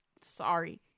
sorry